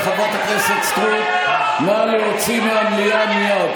את חברת הכנסת סטרוק נא להוציא מהמליאה מייד.